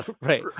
Right